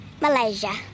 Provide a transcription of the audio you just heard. Malaysia